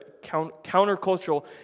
countercultural